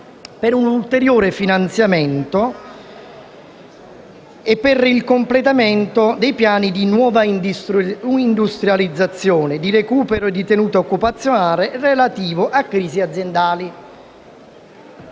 205 del 2017, nonché per il completamento dei piani di nuova industrializzazione, di recupero o di tenuta occupazionale relativi a crisi aziendali.